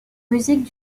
musiques